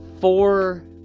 Four